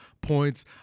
points